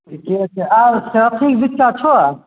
ठीके छै आओर के बीच्चा छौ